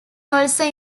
also